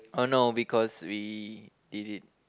oh no because we did it